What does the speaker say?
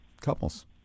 couples